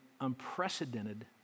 unprecedented